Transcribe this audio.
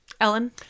Ellen